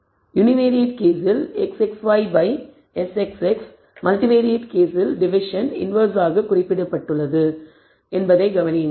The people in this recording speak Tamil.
யுனிவேரியேட் கேஸில் SXY SXX மல்டிவேரியேட் கேஸில் டிவிஷன் இன்வெர்ஸ் ஆக குறிக்கப்பட்டுள்ளது என்பதைக் கவனியுங்கள்